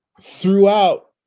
throughout